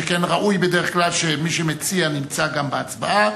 שכן ראוי בדרך כלל שמי שמציע נמצא גם בהצבעה.